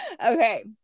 Okay